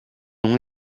ont